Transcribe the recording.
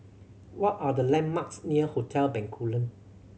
what are the landmarks near Hotel Bencoolen